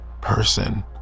person